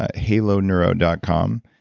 haloneuro dot com.